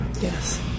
Yes